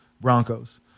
Broncos